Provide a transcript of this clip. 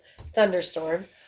thunderstorms